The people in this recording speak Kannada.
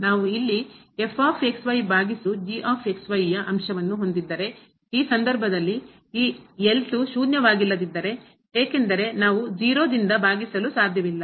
ನಾವು ಇಲ್ಲಿ ಭಾಗಿಸು ಅಂಶವನ್ನು ಹೊಂದಿದ್ದರೆ ಈ ಸಂದರ್ಭದಲ್ಲಿ ಈ ಶೂನ್ಯವಾಗಿಲ್ಲದಿದ್ದರೆ ಏಕೆಂದರೆ ನಾವು 0 ರಿಂದ ಭಾಗಿಸಲು ಸಾಧ್ಯವಿಲ್ಲ